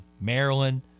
Maryland